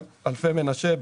אלפי מנשה,